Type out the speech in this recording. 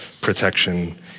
protection